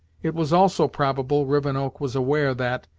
it was also probable rivenoak was aware that,